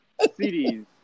CDs